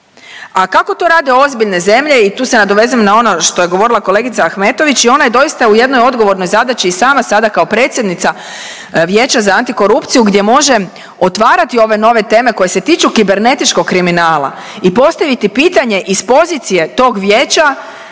A kako to rade ozbiljne zemlje i tu se nadovezujem na ono što je govorila kolegica Ahmetović i ona je doista u jednoj odgovornoj zadaći i sama sada kao predsjednica Vijeća za antikorupciju gdje može otvarati ove nove teme koje se tiču kibernetičkog kriminala i postaviti pitanje iz pozicije tog Vijeća